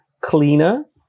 cleaner